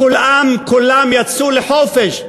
כולם, כולם יצאו לחופש.